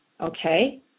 okay